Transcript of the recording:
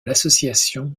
l’association